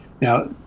Now